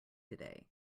today